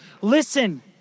listen